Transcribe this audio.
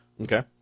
Okay